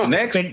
Next